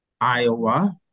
Iowa